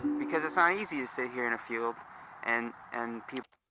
because it's not easy to sit here in a field and and people.